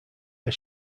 are